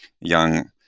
young